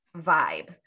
vibe